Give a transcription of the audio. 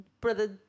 Brother